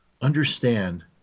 Understand